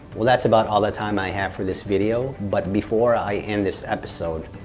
well that's about all the time i have for this video, but before i end this episode,